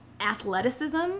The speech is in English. athleticism